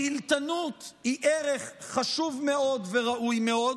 קהילתנות היא ערך חשוב מאוד וראוי מאוד,